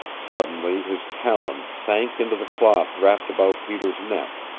suddenly his talons sank into the cloth wrapped about peter's neck.